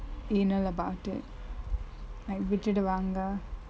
anal about it like விட்டுடுவாங்க:vittuduvange